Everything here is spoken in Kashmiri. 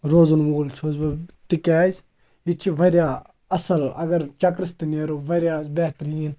روزَن وول چھُس بہٕ تِکیٛازِ ییٚتہِ چھِ واریاہ اَصٕل اگر چَکرَس تہِ نیرو واریاہ بہتریٖن